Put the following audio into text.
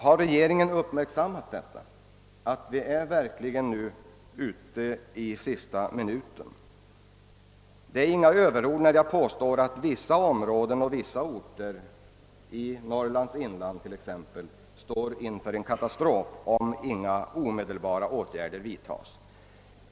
Har regeringen uppmärksammat detta? Har regeringen uppmärksammat att vi verkligen är ute i sista minuten? Det är inga överord när jag påstår att vissa områden och orter i t.ex. Norrlands in land står inför en katastrof, om inte åtgärder omedelbart vidtas.